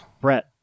Brett